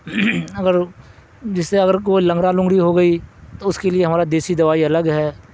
اگر جس سے اگر کوئی لنگرا لوننگریی ہو گئی تو اس کے لیے ہمارا دیسی دوائی الگ ہے